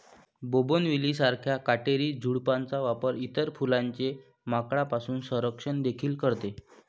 bougainvillea सारख्या काटेरी झुडपांचा वापर इतर फुलांचे माकडांपासून संरक्षण देखील करते